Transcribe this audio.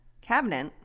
Cabinet